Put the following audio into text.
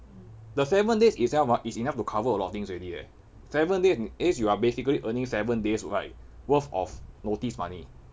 the seven days itself ah is enough to cover a lot of things already eh seven days you are basically earning seven days right worth of notice money